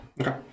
Okay